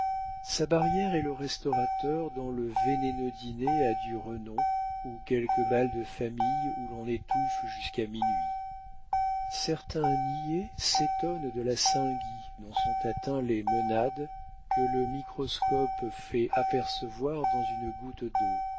sa barrière est le restaurateur dont le vénéneux dîner a du renom ou quelque bal de famille où l'on étouffe jusqu'à minuit certains niais s'étonnent de la saint guy dont sont atteintes les monades que le microscope fait apercevoir dans une goutte d'eau